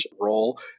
role